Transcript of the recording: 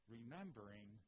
Remembering